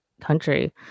country